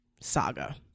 saga